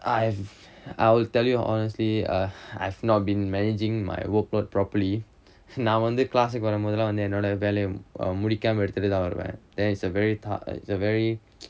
I've I'll tell you honestly uh I've not been managing my workload properly நான் வந்து:naan vanthu class வரம்போதெல்லா வந்து என்னோட வேலைய முடிக்காம எடுத்துட்டு தான் வருவேன்:varampothellaa vanthu ennoda velaiya mudikkaama eduthuttu thaan varuvaen there is a very it's a very